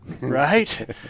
right